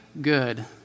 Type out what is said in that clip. good